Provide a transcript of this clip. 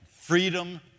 freedom